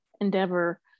endeavor